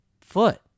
foot